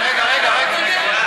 רגע, רגע, רגע, רגע.